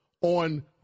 on